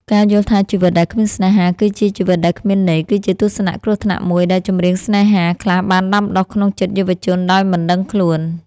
ការយល់ថាជីវិតដែលគ្មានស្នេហាគឺជាជីវិតដែលគ្មានន័យ គឺជាទស្សនៈគ្រោះថ្នាក់មួយដែលចម្រៀង ស្នេហា ខ្លះបានដាំដុះក្នុងចិត្តយុវជនដោយមិនដឹងខ្លួន។